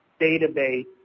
database